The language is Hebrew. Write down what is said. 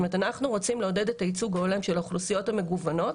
זאת אומרת אנחנו רוצים לעודד את הייצוג ההולם של האוכלוסיות המגוונות,